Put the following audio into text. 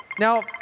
now,